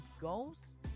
goals